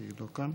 כי היא לא כאן.